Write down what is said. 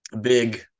big